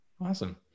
Awesome